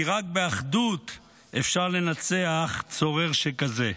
כי רק באחדות אפשר לנצח צורר שכזה.